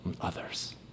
others